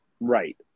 Right